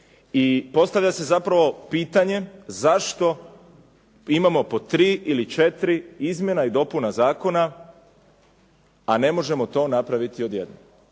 I postavlja se zapravo pitanje zašto imamo po tri ili četiri izmjena i dopuna zakona a ne možemo to napraviti odjednom